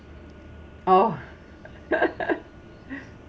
oh